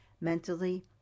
mentally